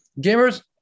gamers